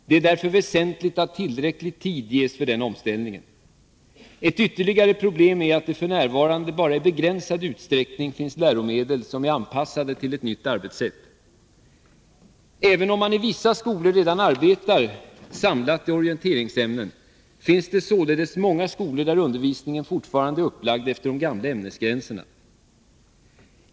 Det är därför väsentligt att tillräcklig tid ges för denna omställning. Ett ytterligare problem är att det f.n. bara i begränsad utsträckning finns läromedel som är anpassade till ett nytt arbetssätt. Även om man i vissa skolor redan arbetar samlat i orienteringsämnen, finns det således många skolor där undervisningen fortfarande är upplagd efter de gamla ämnesgränserna.